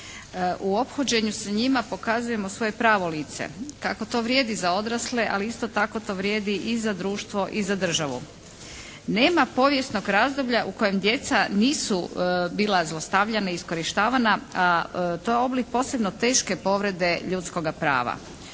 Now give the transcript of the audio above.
U ophođenju s njima pokazujemo svoje pravo lice. Kako to vrijedi za odrasle ali isto tako to vrijedi i za društvo i za državu. Nema povijesnog razdoblja u kojem djeca nisu bila zlostavljana i iskorištavana a to je oblik posebno teške povrede ljudskoga prava.